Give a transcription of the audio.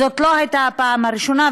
זאת לא הייתה הפעם הראשונה,